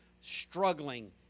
struggling